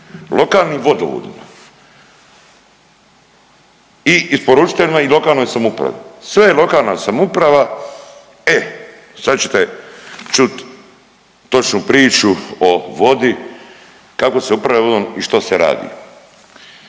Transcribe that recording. Lokalnim vodovodima i isporučiteljima i lokalnoj samoupravi. Sve je lokalna samouprava. E sad ćete čut točnu priču o vodu kako se upravlja vodom i što se radi.